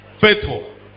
faithful